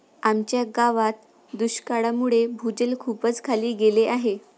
आमच्या गावात दुष्काळामुळे भूजल खूपच खाली गेले आहे